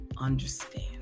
understand